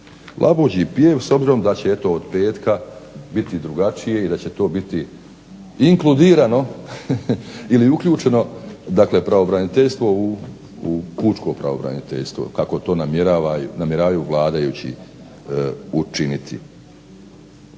Labuđi pjev s obzirom da će eto od petka biti drugačije i da će to biti inkludirano ili uključeno dakle pravobraniteljstvo u pučko pravobraniteljstvo kako to namjeravaju vladajući učiniti.